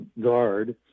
guard